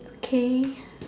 okay